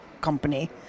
company